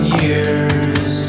years